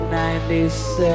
97